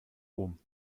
rom